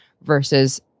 versus